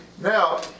Now